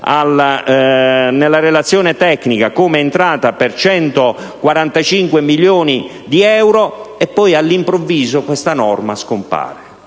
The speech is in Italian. nella relazione tecnica come entrata) 145 milioni di euro, e poi all'improvviso questa norma scompare.